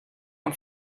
amb